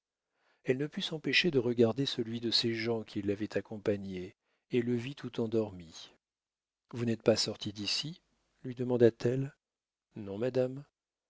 elle ne put s'empêcher de regarder celui de ses gens qui l'avait accompagnée et le vit tout endormi vous n'êtes pas sorti d'ici lui demanda-t-elle non madame